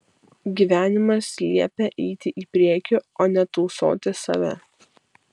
gyvenimas liepia eiti į priekį o ne tausoti save